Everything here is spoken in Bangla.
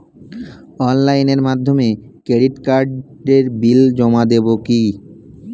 অনলাইনের মাধ্যমে ক্রেডিট কার্ডের বিল জমা দেবো কি?